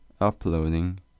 uploading